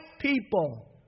people